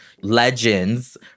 legends